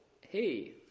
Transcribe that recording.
hey